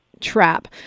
trap